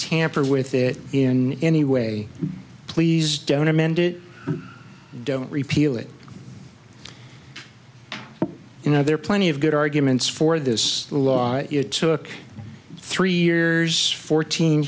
tamper with it in any way please don't amend it don't repeal it you know there are plenty of good arguments for this law it took three years fourteen